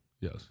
Yes